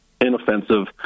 inoffensive